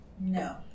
No